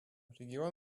регион